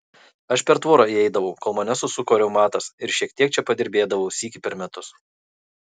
aš per tvorą įeidavau kol mane susuko reumatas ir šiek tiek čia padirbėdavau sykį per metus